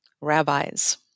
rabbis